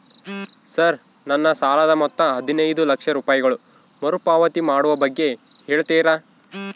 Sir ನನ್ನ ಸಾಲದ ಮೊತ್ತ ಹದಿನೈದು ಲಕ್ಷ ರೂಪಾಯಿಗಳು ಮರುಪಾವತಿ ಮಾಡುವ ಬಗ್ಗೆ ಹೇಳ್ತೇರಾ?